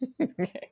Okay